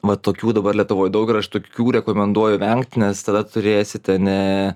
vat tokių dabar lietuvoj daug ir aš tokių rekomenduoju vengt nes tada turėsite ne